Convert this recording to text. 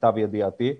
למיטב ידיעתי.